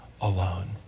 alone